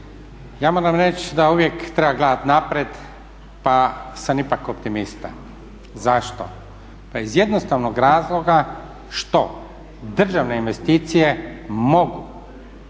Ja moram reći da uvijek treba gledati naprijed pa sam ipak optimista. Zašto? pa iz jednostavnog razloga što državne investicije mogu